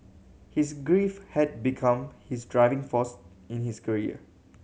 his grief had become his driving force in his career